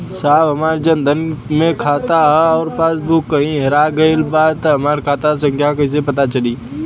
साहब हमार जन धन मे खाता ह अउर पास बुक कहीं हेरा गईल बा हमार खाता संख्या कईसे पता चली?